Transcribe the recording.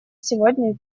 сегодня